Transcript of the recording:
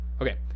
Okay